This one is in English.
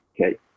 Okay